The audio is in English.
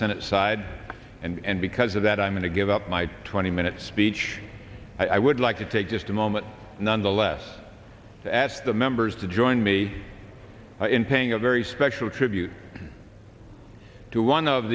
senate side and because of that i'm going to give up my twenty minute speech i would like to take just a moment nonetheless at the members to join me in paying a very special tribute to one of